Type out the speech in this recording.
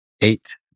eight